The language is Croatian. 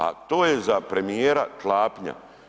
A to je za premijera klapnja.